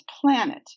planet